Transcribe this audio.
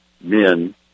men